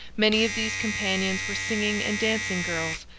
many of these companions were singing and dancing girls,